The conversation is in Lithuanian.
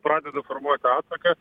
pradeda formuoti atsaką